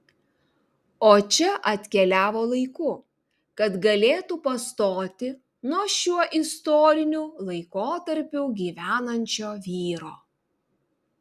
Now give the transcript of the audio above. o čia atkeliavo laiku kad galėtų pastoti nuo šiuo istoriniu laikotarpiu gyvenančio vyro